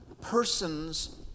person's